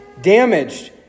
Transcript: damaged